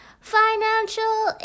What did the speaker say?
financial